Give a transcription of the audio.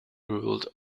ruled